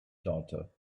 daughter